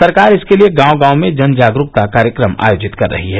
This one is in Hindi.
सरकार इसके लिये गांव गांव में जन जागरूकता कार्यक्रम आयोजित कर रही है